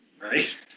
Right